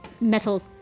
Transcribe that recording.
metal